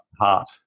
heart